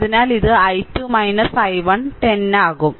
അതിനാൽ ഇത് I2 I1 ആയി 10 ആകും